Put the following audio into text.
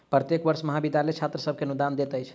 प्रत्येक वर्ष महाविद्यालय छात्र सभ के अनुदान दैत अछि